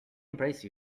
embrace